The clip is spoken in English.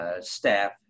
Staff